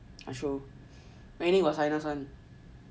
ah true raining got sinus [one]